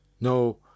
no